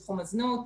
זנות.